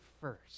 first